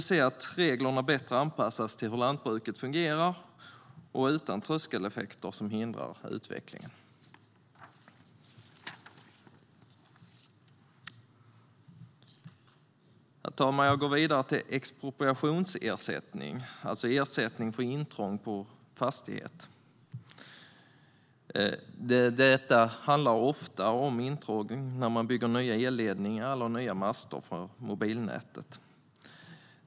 Vi vill att reglerna bättre anpassas till hur lantbruket fungerar, utan tröskeleffekter som hindrar utvecklingen. Herr talman! Jag går vidare till expropriationsersättning, alltså ersättning för intrång på fastighet. Det handlar ofta om intrång när det byggs nya elledningar eller nya master för mobilnätet.